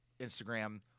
Instagram